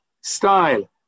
style